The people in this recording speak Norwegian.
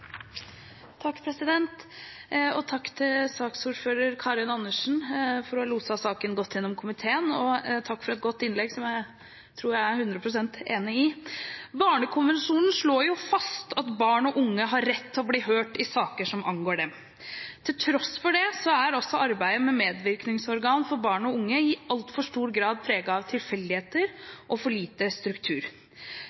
Takk til saksordfører Karin Andersen for å ha loset saken godt igjennom i komiteen, og takk for et godt innlegg, som jeg tror jeg er 100 pst. enig i. Barnekonvensjonen slår fast at barn og unge har rett til å bli hørt i saker som angår dem. Til tross for det er arbeidet med medvirkningsorgan for barn og unge i altfor stor grad preget av tilfeldigheter og for lite struktur.